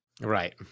Right